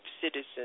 citizens